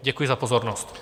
Děkuji za pozornost.